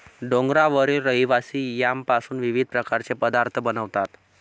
डोंगरावरील रहिवासी यामपासून विविध प्रकारचे पदार्थ बनवतात